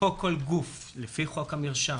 פה כל גוף, לפי חוק המרשם,